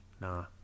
nah